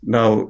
Now